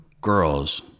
girls